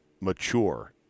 mature